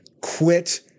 quit